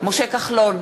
משה כחלון,